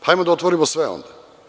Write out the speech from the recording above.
Ajmo da otvorimo sve onda.